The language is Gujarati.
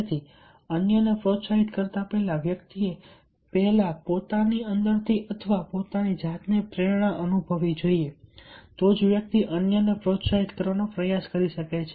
તેથી અન્યને પ્રોત્સાહિત કરતા પહેલા વ્યક્તિએ પહેલા પોતાની અંદરથી અથવા પોતાની જાતને પ્રેરણા અનુભવવી જોઈએ તો જ વ્યક્તિ અન્યને પ્રોત્સાહિત કરવાનો પ્રયાસ કરી શકે છે